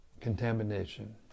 contamination